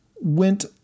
went